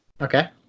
okay